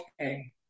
Okay